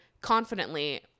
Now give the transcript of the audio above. confidently